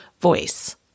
voice